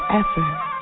effort